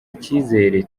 icyizere